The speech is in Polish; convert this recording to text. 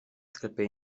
sklepie